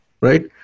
right